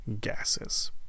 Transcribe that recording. gases